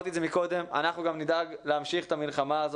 אנחנו גם נדאג להמשיך את המאבק הזה